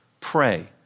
pray